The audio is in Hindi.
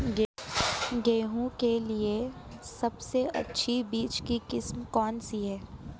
गेहूँ के लिए सबसे अच्छी बीज की किस्म कौनसी है?